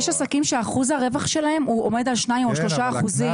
יש עסקים שאחוז הרווח שלהם עומד על שניים או שלושה אחוזים.